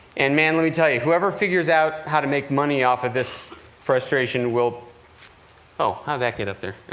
and man, let me tell you, whoever figures out how to make money off of this frustration will oh, how did that get up there?